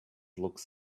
looks